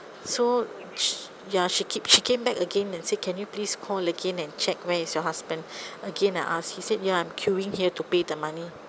so s~ ya she keep she came back again and say can you please call again and check where is your husband again I asked he said ya I'm queuing here to pay the money